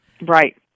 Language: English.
Right